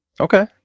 Okay